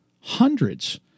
hundreds